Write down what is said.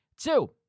two